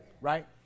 Right